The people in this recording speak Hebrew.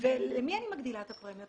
ולמי אני מגדילה את הפרמיות?